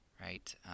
right